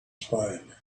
spine